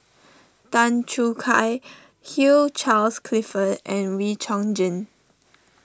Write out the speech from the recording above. Tan Choo Kai Hugh Charles Clifford and Wee Chong Jin